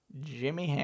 Jimmy